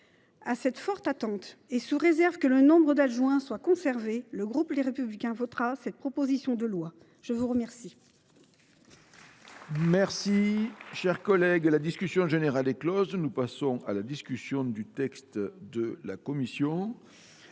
cette forte attente et sous réserve que le nombre d’adjoints soit conservé, le groupe Les Républicains votera cette proposition de loi. La discussion